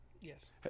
Yes